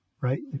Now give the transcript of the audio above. right